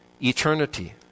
eternity